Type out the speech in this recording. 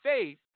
faith